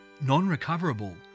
non-recoverable